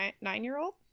nine-year-old